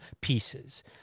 pieces